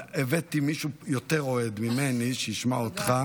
הבאתי מישהו יותר אוהד ממני שישמע אותך.